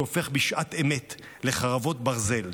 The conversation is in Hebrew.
שהופך בשעת אמת לחרבות ברזל.